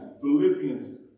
Philippians